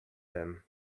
then